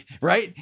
right